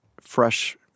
fresh